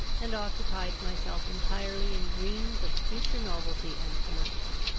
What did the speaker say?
and occupied myself entirely in dreams of future novelty and felicity.